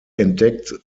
entdeckt